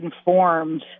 informed